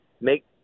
make